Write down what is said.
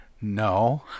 No